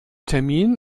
termin